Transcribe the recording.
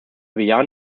bejahen